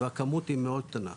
והכמות היא קטנה מאוד.